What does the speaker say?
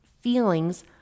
feelings